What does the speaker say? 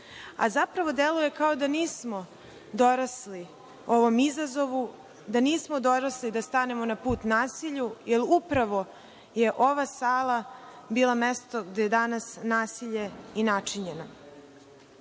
a zapravo deluje kao da nismo dorasli ovom izazovu, da nismo dorasli da stanemo na put nasilju jer upravo je ova sala bila mesto gde je danas nasilje i načinjeno. Napori